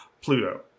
Pluto